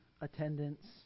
attendance